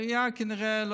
היה כנראה,